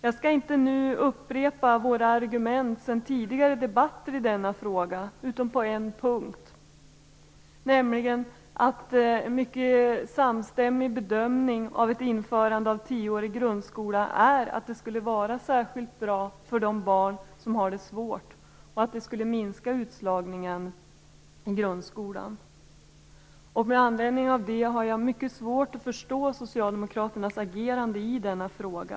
Jag skall inte nu upprepa våra argument sedan tidigare debatter i denna fråga, utom på en punkt, nämligen att en mycket samstämmig bedömning av ett införande av tioårig grundskola är att det skulle vara särskilt bra för de barn som har det svårt och att det skulle minska utslagningen i grundskolan. Med anledning av det har jag mycket svårt att förstå socialdemokraternas agerande i denna fråga.